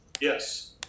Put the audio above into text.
Yes